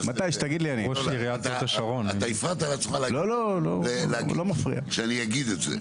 אתה הפרעת לעצמך להגיד שאני אגיד את זה,